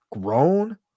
grown